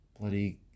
bloody